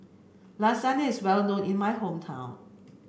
Lasagna is well known in my hometown